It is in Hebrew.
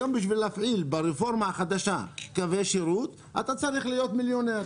היום בשביל להפעיל ברפורמה החדשה קווי שירות אתה צריך להיות מיליונר